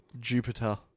Jupiter